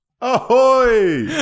Ahoy